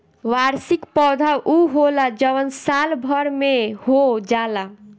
वार्षिक पौधा उ होला जवन साल भर में हो जाला